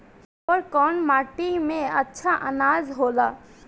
अवर कौन माटी मे अच्छा आनाज होला?